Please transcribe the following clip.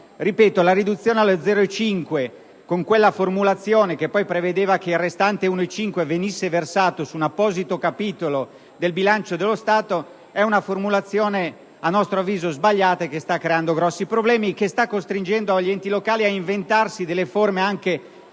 per cento, con quella formulazione che prevedeva che il restante 1,5 per cento venisse versato su un apposito capitolo del bilancio dello Stato, è una formulazione a nostro avviso sbagliata, che sta creando grossi problemi e sta costringendo gli enti locali ad inventarsi delle forme di